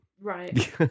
Right